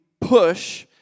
push